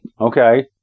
Okay